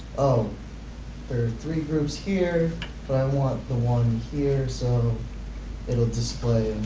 oh there are three groups here but i want the one here so it will display?